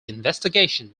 investigation